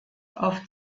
auf